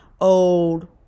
old